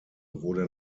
wurde